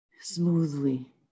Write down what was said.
smoothly